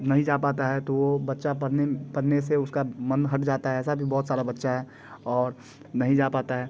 नहीं जा पाता है तो वो बच्चा पढ़ने पढ़ने से उसका मन हट जाता है ऐसा भी बहुत सारा बच्चा है और नहीं जा पाता है